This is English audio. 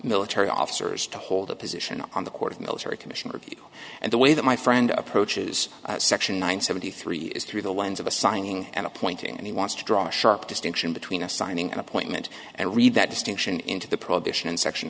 military officers to hold a position on the court of military commission review and the way that my friend approaches section nine seventy three is through the lens of assigning and appointing and he wants to draw a sharp distinction between assigning an appointment and read that distinction into the prohibition in section